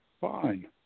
fine